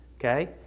okay